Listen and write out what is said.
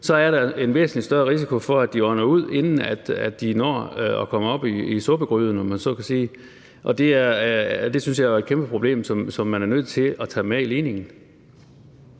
Så er der en væsentlig større risiko for, at de ånder ud, inden de når at komme op i suppegryden, om man så må sige. Og det synes jeg jo er et kæmpeproblem, som man er nødt til at tage med i ligningen.